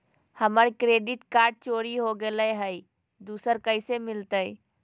हमर credit card चोरी हो गेलय हई, दुसर कैसे मिलतई?